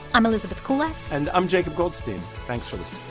i'm elizabeth kulas and i'm jacob goldstein. thanks for